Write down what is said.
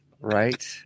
Right